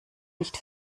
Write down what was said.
nicht